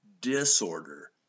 Disorder